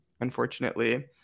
unfortunately